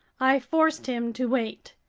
i forced him to wait.